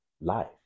life